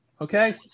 okay